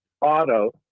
auto